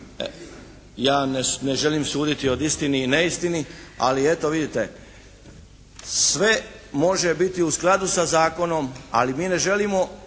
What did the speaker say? Ja ne želim suditi o istini i neistini ali eto vidite sve može biti u skladu sa zakonom, ali mi ne želimo